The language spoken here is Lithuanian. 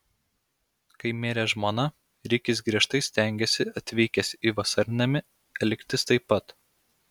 kai mirė žmona rikis griežtai stengėsi atvykęs į vasarnamį elgtis taip pat